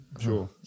sure